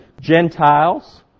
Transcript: Gentiles